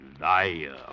liar